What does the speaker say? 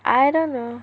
I don't know